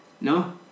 no